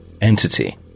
entity